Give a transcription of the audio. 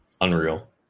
Unreal